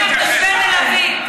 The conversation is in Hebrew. תודה.